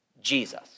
Jesus